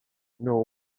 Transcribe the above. know